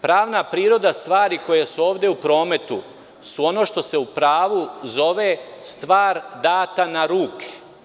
Pravna priroda stvari koje su ovde u prometu su ono što se u pravu zove stvar data na ruke.